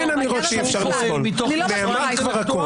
אין אמירות שאי אפשר לסבול, נאמר כבר הכול.